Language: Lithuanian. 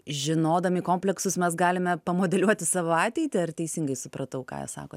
žinodami kompleksus mes galime pamodeliuoti savo ateitį ar teisingai supratau ką sakot